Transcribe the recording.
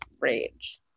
rage